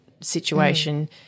situation